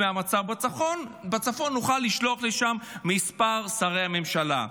מהמצב בצפון נוכל לשלוח לשם כמה שרי ממשלה.